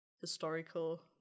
historical